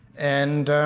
and.